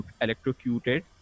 electrocuted